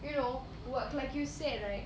you know work like you said right